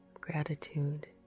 gratitude